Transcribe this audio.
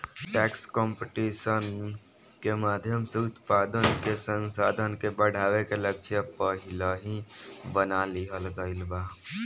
tax competition के माध्यम से उत्पादन के संसाधन के बढ़ावे के लक्ष्य पहिलही बना लिहल गइल बा